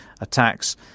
attacks